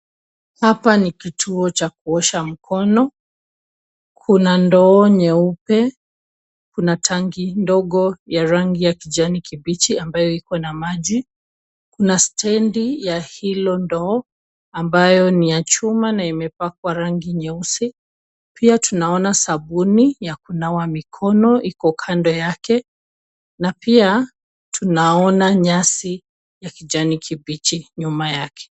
Hapa ni kituo cha kuosha mkono. Kuna ndoo nyeupe, kuna tanki ndogo ya rangi ya kijani kibichi ambayo iko na maji, kuna stendi ya hilo ndoo ambayo ni ya chuma na imepakwa rangi nyeusi. Pia tunaona sabuni ya kunawa mikono iko kando yake na pia tunaona nyasi ya kijani kibichi nyuma yake.